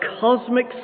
cosmic